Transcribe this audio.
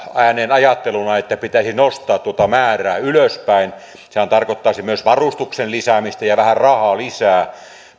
ääneenajatteluna että pitäisi nostaa tuota määrää ylöspäin sehän tarkoittaisi myös varustuksen lisäämistä ja vähän rahaa lisää